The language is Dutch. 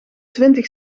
twintig